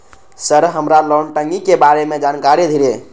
Sir हमरा loan टंगी के बारे में जान कारी धीरे?